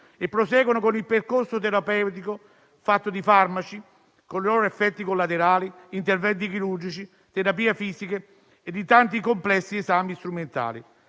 e proseguono con il percorso terapeutico, fatto di farmaci con i loro effetti collaterali, interventi chirurgici, terapie fisiche e di tanti complessi esami strumentali.